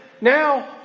now